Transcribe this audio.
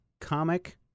comic